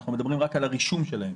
אנחנו מדברים רק על הרישום שלהן.